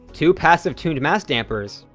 two passive tuned mass dampers,